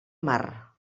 mar